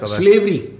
slavery